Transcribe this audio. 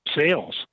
sales